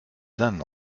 d’un